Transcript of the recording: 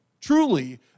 truly